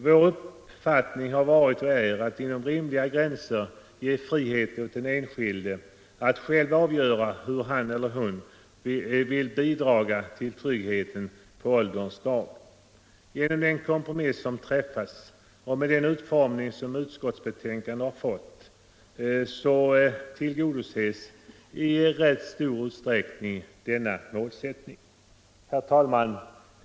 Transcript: Vår målsättning har varit och är att inom rimliga gränser ge frihet åt den enskilde att själv avgöra hur han eller hon vill bidra till tryggheten på ålderns dag. Genom den kompromiss som träffats och med den utformning som utskottsbetänkandet nu fått tillgodoses i rätt stor utsträckning denna målsättning. Herr talman!